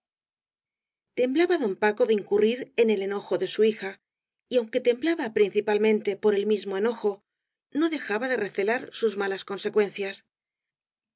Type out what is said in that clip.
temblaba don paco de incurrir en el enojo de su hija y aunque temblaba principalmente por el mismo enojo no dejaba de recelar sus malas